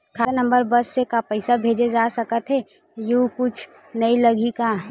खाता नंबर बस से का पईसा भेजे जा सकथे एयू कुछ नई लगही का?